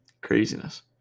craziness